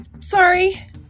sorry